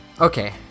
Okay